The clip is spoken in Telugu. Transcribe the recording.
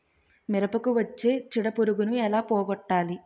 మిరపకు వచ్చే చిడపురుగును ఏల పోగొట్టాలి?